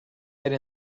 right